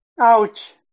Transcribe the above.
Ouch